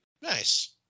Nice